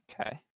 Okay